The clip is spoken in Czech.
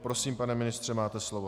Prosím, pane ministře, máte slovo.